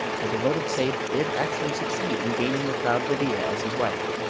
the devoted seyf did actually succeed in gaining the proud bedeea as his wife.